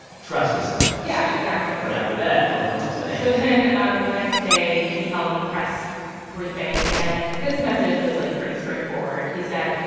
trust us on this yeah, exactly but after that, what did trump say? so then, um the next day, he held a press briefing. and his message was, like, pretty straightforward. he said,